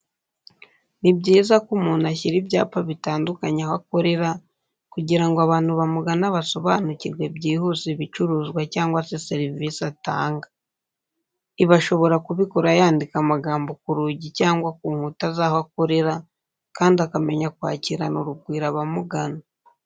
Ni byiza ko umuntu ashyira ibyapa bitandukanye aho akorera kugira ngo abantu bamugana basobanukirwe byihuse ibicuruzwa cyangwa se serivise atanga. Ibi ashobora kubikora yandika amagambo ku rugi cyangwa ku nkuta zaho akorera kandi akamenya kwakirana urugwiro abamugana.